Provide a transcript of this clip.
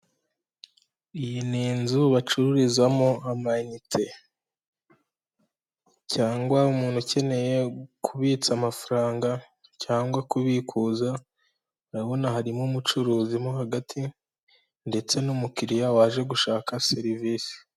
Iyi ni inzu bacururizamo ama inite cyangwa umuntu ukeneye kubitsa amafaranga cyangwa kubikuza, urabona harimo umucuruzi mo hagati ndetse n'umukiriya waje gushaka serivisi.